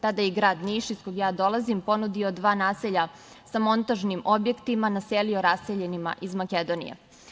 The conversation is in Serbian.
Tada je i grad Niš, iz koga ja dolazim, ponudio dva naselja sa montažnim objektima, naselio raseljenima iz Makedonije.